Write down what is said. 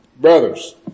Brothers